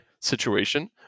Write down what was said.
situation